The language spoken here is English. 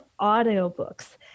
audiobooks